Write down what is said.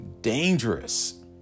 dangerous